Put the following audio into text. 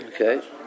Okay